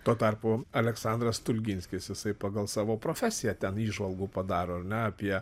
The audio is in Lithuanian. tuo tarpu aleksandras stulginskis jisai pagal savo profesiją ten įžvalgų padaro ar ne apie